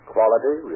Quality